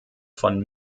von